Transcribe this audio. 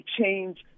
change